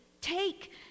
take